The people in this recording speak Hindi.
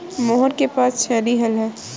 मोहन के पास छेनी हल है